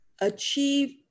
achieve